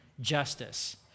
justice